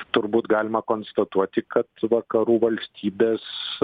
turbūt galima konstatuoti kad vakarų valstybės